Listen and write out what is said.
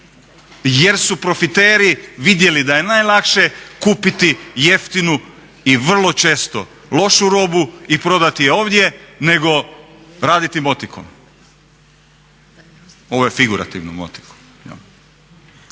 jer su profiteri vidjeli da je najlakše kupiti jeftinu i vrlo često lošu robu i prodati je ovdje nego raditi motikom. Ovo je figurativno motikom.